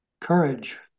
courage